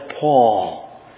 Paul